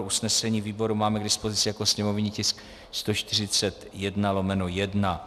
Usnesení výboru máme k dispozici jako sněmovní tisk 141/1.